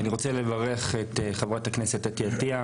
אני רוצה לברך את חברת הכנסת אתי עטייה.